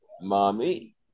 Mommy